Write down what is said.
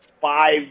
five